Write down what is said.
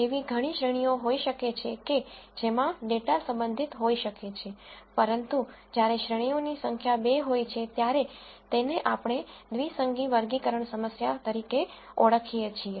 એવી ઘણી શ્રેણીઓ હોઈ શકે છે કે જેમાં ડેટા સંબંધિત હોઈ શકે છે પરંતુ જ્યારે શ્રેણીઓની સંખ્યા 2 હોય છે ત્યારે તેને આપણે દ્વિસંગી વર્ગીકરણ સમસ્યા તરીકે ઓળખીએ છીએ